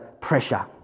pressure